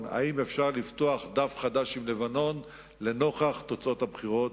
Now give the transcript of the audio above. אם אפשר לפתוח דף חדש עם לבנון לנוכח תוצאות הבחירות